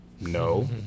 No